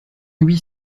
huit